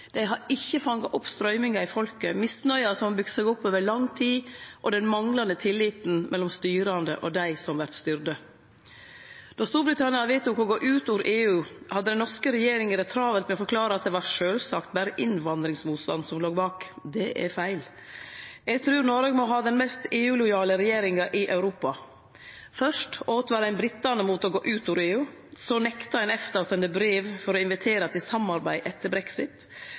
Dei har ikkje fanga opp strøymingar i folket, misnøya som har bygd seg opp over lang tid, og den manglande tilliten mellom styrande og dei som vert styrte. Då Storbritannia vedtok å gå ut or EU, hadde den norske regjeringa det travelt med å forklare at det sjølvsagt berre var innvandringsmotstand som låg bak. Det er feil. Eg trur Noreg må ha den mest EU-lojale regjeringa i Europa. Fyrst åtvara ein britane mot å gå ut or EU. Så nekta ein EFTA å sende brev for å invitere til samarbeid etter